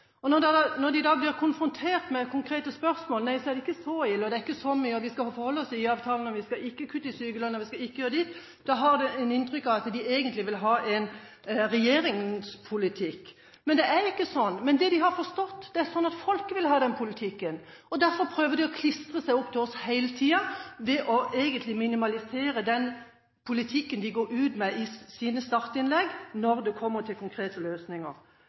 kjempeflotte. Når de da blir konfrontert med konkrete spørsmål, nei, da er det ikke så ille, og det er ikke så mye, og de skal forholde seg til IA-avtalen, og de skal ikke kutte i sykelønnen, osv. Da får man inntrykket av at de egentlig vil ha regjeringens politikk. Det er ikke slik, men det de har forstått, er at folket vil ha den politikken, og derfor prøver de å klistre seg opp til oss hele tiden, ved egentlig å minimalisere den politikken de går ut med i sine startinnlegg, når det kommer til konkrete løsninger.